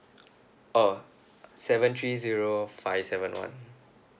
oh seven three zero five seven one